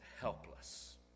helpless